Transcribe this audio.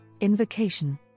Invocation